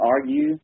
argue